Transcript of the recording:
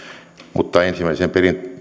mutta ensimmäisen